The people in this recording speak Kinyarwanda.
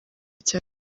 cya